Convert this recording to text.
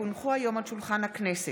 כי הונחו היום על שולחן הכנסת,